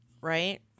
right